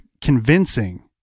convincing